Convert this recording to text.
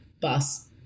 bus